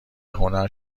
هنر